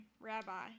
Rabbi